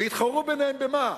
ויתחרו ביניהם במה?